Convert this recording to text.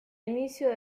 inicio